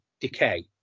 decay